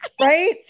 Right